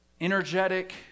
energetic